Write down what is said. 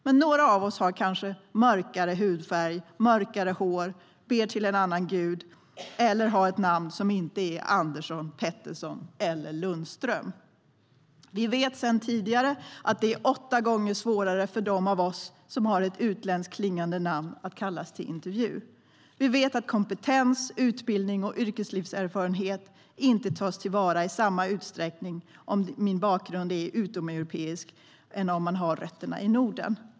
Men några av oss har kanske mörkare hudfärg, mörkare hår, ber till en annan gud eller har ett namn som inte är Andersson, Pettersson eller Lundström.Vi vet sedan tidigare att det är åtta gånger svårare för dem av oss som har ett utländskt klingande namn att kallas till intervju. Vi vet att kompetens, utbildning och yrkeslivserfarenhet inte tas till vara i samma utsträckning om min bakgrund är utomeuropeisk som om jag har rötterna i Norden.